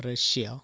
Russia